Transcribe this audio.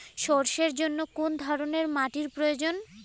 সরষের জন্য কোন ধরনের মাটির প্রয়োজন?